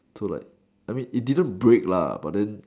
so like I mean it didn't break but then